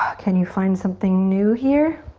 can you find something new here?